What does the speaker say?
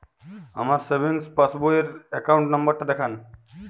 আমার savings passbook র account number টা দেখান?